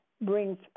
brings